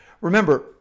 Remember